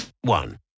one